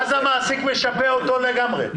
אז המעסיק משפה אותו לגמרי,